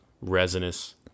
resinous